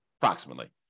approximately